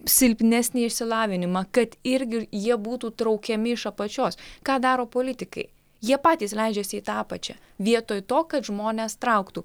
silpnesnį išsilavinimą kad irgi jie būtų traukiami iš apačios ką daro politikai jie patys leidžiasi į tą apačią vietoj to kad žmones trauktų